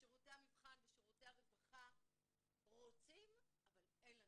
שירותי המבחן ושירותי הרווחה רוצים, אבל אין לנו.